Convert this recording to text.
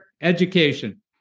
education